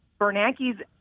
Bernanke's